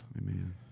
Amen